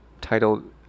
titled